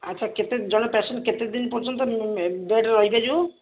ଆଚ୍ଛା କେତେ ଜଣେ ପେସେଣ୍ଟ କେତେଦିନ ପର୍ଯ୍ୟନ୍ତ ବେଡ଼୍ରେ ରହିପାରିବ